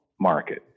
market